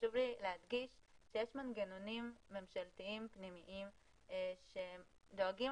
חשוב לי להדגיש שיש מנגנונים ממשלתיים פנימיים שהם דואגים